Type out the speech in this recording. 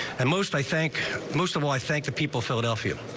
and most i think most of all i thank the people, philadelphia.